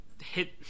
hit